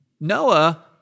Noah